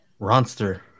Ronster